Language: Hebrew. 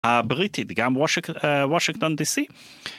הבריטי, דגם וושגטון די סי